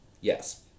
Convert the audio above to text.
Yes